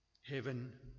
heaven